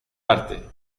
parte